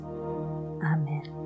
Amen